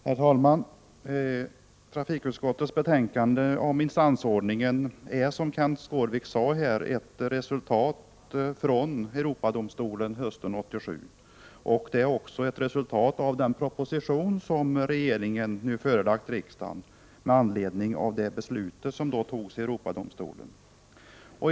Herr talman! Trafikutskottets betänkande om instansordningen är, som Kenth Skårvik sade, ett resultat av ett beslut i Europadomstolen hösten 1987 och den proposition som regeringen förelagt riksdagen med anledning av Europadomstolens beslut.